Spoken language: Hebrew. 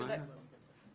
את הבירורים המשלימים,